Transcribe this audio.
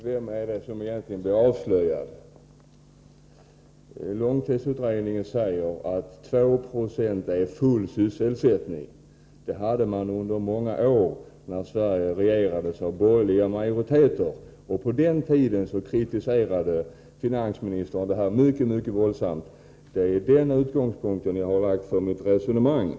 Herr talman! Vem är det egentligen som blir avslöjad? Långtidsutredningen säger att 2 20 arbetslösa är full sysselsättning. Det hade man under många år när Sverige regerades av borgerliga majoriteter, och det kritiserade Kjell-Olof Feldt mycket våldsamt. — Det har varit utgångspunkten för mitt resonemang.